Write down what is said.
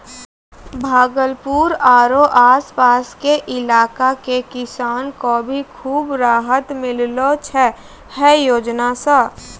भागलपुर आरो आस पास के इलाका के किसान कॅ भी खूब राहत मिललो छै है योजना सॅ